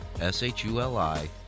s-h-u-l-i